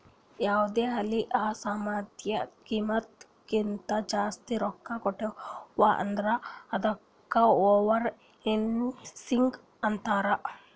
ಯಾವ್ದೇ ಆಲಿ ಆ ಸಾಮಾನ್ದು ಕಿಮ್ಮತ್ ಕಿಂತಾ ಜಾಸ್ತಿ ರೊಕ್ಕಾ ಕೊಟ್ಟಿವ್ ಅಂದುರ್ ಅದ್ದುಕ ಓವರ್ ಇನ್ವೆಸ್ಟಿಂಗ್ ಅಂತಾರ್